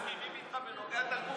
הם לא מסכימים איתך בנוגע לתחבורה ציבורית.